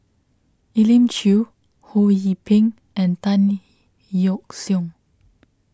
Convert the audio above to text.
Elim Chew Ho Yee Ping and Tan Yeok Seong